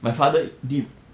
my father dip